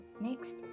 Next